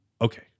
Okay